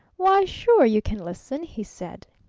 why, sure you can listen! he said.